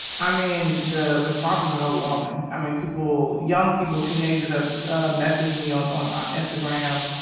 i mean, the response has been overwhelming. i mean, people, young people, teenagers have messaged me on on ah instagram.